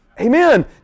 Amen